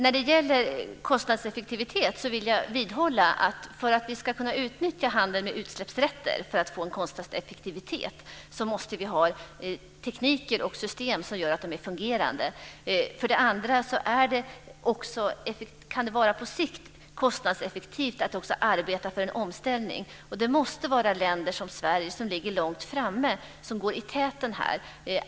Fru talman! Jag vidhåller att för att vi ska kunna utnyttja handeln med utsläppsrätter och få en kostnadseffektivitet måste vi ha teknik och system som gör att de är fungerande. Sedan kan det på sikt vara kostnadseffektivt att också arbeta för en omställning. Där måste det vara länder som Sverige som ligger långt framme som går i täten.